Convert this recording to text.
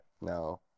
No